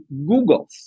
Googles